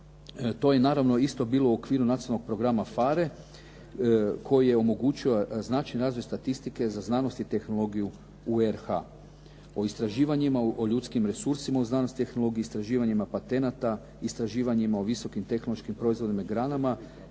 To je naravno isto bilo u okviru nacionalnog programa PHARE koji je omogućio značajan razvoj statistike za znanost i tehnologiju u RH o istraživanjima o ljudskim resursima u znanosti i tehnologiji istraživanjima patenata, istraživanjima o visokim tehnološkim proizvodnim granama